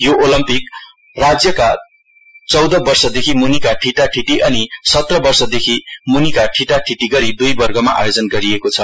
यो ओलम्पिक राज्यका चौध वर्षदेखि मुनिको ठिटा ठिटी अनि सत्र वर्षदेखि मुनिका ठिटा ठिटी गरी दुई वर्गमा आयोजन गरिएको छ